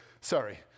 sorry